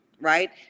right